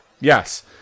Yes